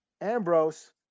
Ambrose